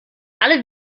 alle